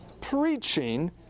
Preaching